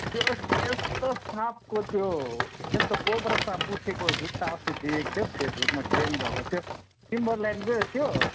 त्यो यस यस्तो साँपको त्यो यस्तो कोब्रा साँप उठेको जुत्ता अस्ति देखेको थिएँ हौ फेसबुकमा ट्रेन्ड भएको थियो टिम्बरल्यान्डकै हो त्यो